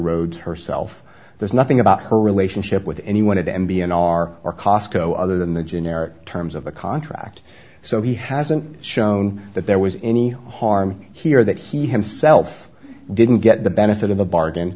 rhodes herself there's nothing about her relationship with anyone at m b an r or costco other than the generic terms of the contract so he hasn't shown that there was any harm here that he himself didn't get the benefit of a bargain